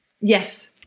yes